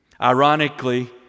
Ironically